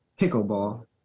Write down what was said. pickleball